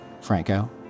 Franco